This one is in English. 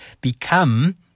Become